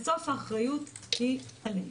בסוף האחריות היא עלינו.